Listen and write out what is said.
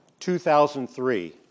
2003